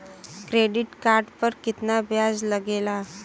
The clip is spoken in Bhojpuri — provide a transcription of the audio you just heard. क्रेडिट कार्ड पर कितना ब्याज लगेला?